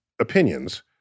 opinions